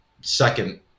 second